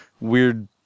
weird